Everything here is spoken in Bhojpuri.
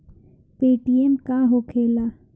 पेटीएम का होखेला?